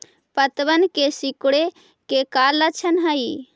पत्तबन के सिकुड़े के का लक्षण हई?